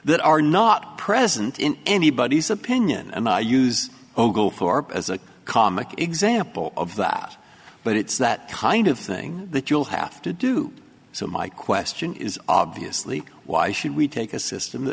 that are not present in anybody's opinion and i use oglethorpe as a comic example of that but it's that kind of thing that you'll have to do so my question is obviously why should we take a system